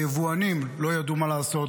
היבואנים לא ידעו מה לעשות,